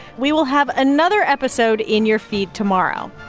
we will have another episode in your feed tomorrow.